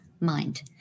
Mind